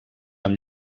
amb